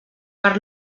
per